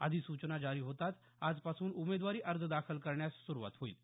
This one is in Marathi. अधिसूचना जारी होताचं आजपासून उमेदवारी अर्ज दाखल करण्यास सुरुवात होईल